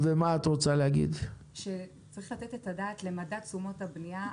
צריך לתת את הדעת למדד תשומות הבנייה.